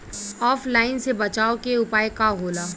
ऑफलाइनसे बचाव के उपाय का होला?